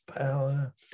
power